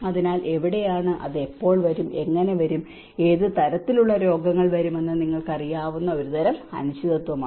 അതിനാൽ എവിടെയാണ് അത് എപ്പോൾ വരും എങ്ങനെ വരും ഏത് തരത്തിലുള്ള രോഗങ്ങൾ വരുമെന്ന് നിങ്ങൾക്കറിയാവുന്ന ഒരുതരം അനിശ്ചിതത്വമാണ്